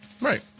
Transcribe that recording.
right